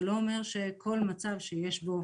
זה לא אומר שכל מצב שיש בו